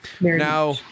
Now